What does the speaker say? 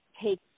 take